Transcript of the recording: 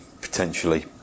potentially